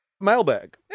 Mailbag